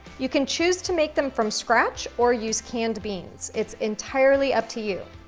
you can choose to make them from scratch or use canned beans it's entirely up to you.